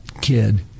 kid